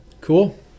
Cool